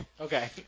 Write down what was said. Okay